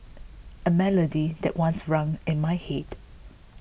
a melody that once rang in my head